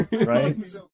right